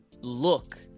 Look